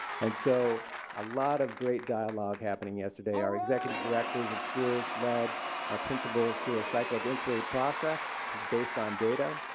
and so a lot of great dialogue happening yesterday. our executive director of schools led our principals through a cycle of inquiry process based on data.